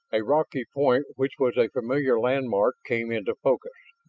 a rocky point which was a familiar landmark came into focus.